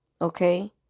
Okay